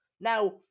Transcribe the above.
Now